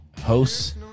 hosts